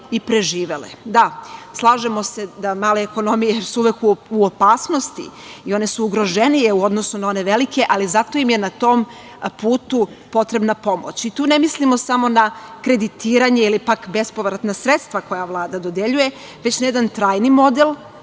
i preživele. Da, slažemo se da su male ekonomije uvek u opasnosti i one su ugroženije u odnosu na one velike, ali zato im je na tom putu potrebna pomoć. Tu ne mislimo samo na kreditiranje ili pak bespovratna sredstva koja Vlada dodeljuje, već na jedan trajni model